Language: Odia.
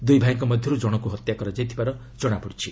ଦୁଇ ଭାଇଙ୍କ ମଧ୍ୟରୁ ଜଣଙ୍କୁ ହତ୍ୟା କରାଯାଇଥିବାର ଜଣାପଡ଼ିଛି